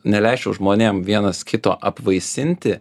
neleisčiau žmonėm vienas kito apvaisinti